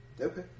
Okay